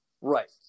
Right